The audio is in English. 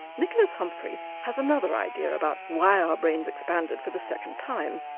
nicholas humphrey has another idea about why our brains expanded for the second time.